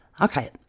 Okay